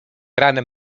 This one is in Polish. ranem